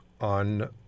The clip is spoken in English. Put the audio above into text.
on